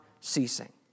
ceasing